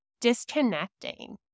disconnecting